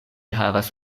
havas